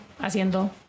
haciendo